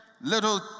little